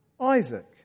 Isaac